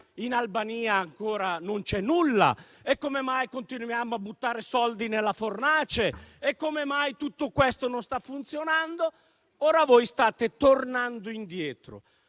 in Albania ancora non c'è nulla e come mai continuiamo a buttare soldi nella fornace e come mai tutto questo non sta funzionando - ora voi state tornando indietro.